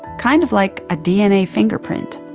kind of like a dna fingerprint.